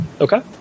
Okay